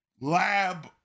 lab